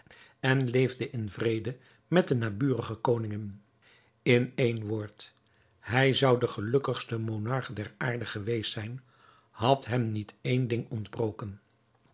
en leefde in vrede met de naburige koningen in één woord hij zou de gelukkigste monarch der aarde geweest zijn had hem niet één ding ontbroken